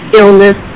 illness